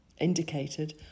indicated